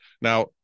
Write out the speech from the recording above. Now